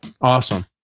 Awesome